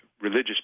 religious